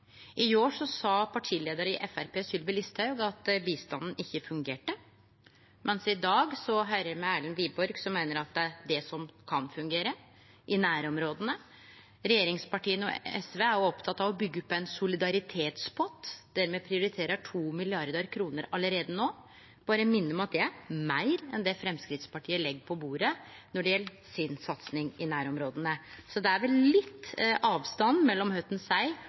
I går sa partileiar i Framstegspartiet, Sylvi Listhaug, at bistanden ikkje fungerte, mens i dag høyrer me Erlend Wiborg, som meiner at det er det som kan fungere i nærområda. Regjeringspartia og SV er opptekne av å byggje opp ein solidaritetspott, der me prioriterer 2 mrd. kr allereie no. Eg berre minner om at det er meir enn det Framstegspartiet legg på bordet når det gjeld satsinga deira i nærområda. Så det er vel litt avstand mellom kva ein seier,